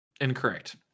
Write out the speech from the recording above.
Incorrect